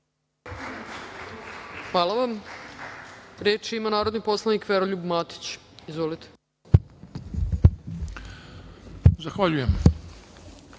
Hvala vam. Reč ima narodni poslanik Veroljub Matić. Izvolite. **Veroljub